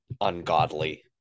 ungodly